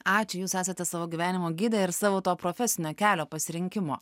ačiū jūs esate savo gyvenimo gidė ir savo profesinio kelio pasirinkimo